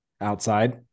outside